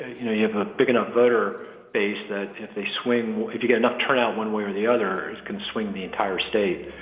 you know, you have a big enough voter base that if they swing if you get enough turnout one way or the other, it can swing the entire state.